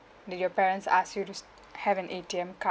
did your parents ask you s~ have an A_T_M card